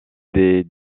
des